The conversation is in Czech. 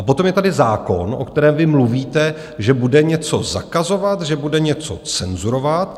Potom je tady zákon, o kterém vy mluvíte, že bude něco zakazovat, že bude něco cenzurovat.